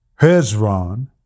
Hezron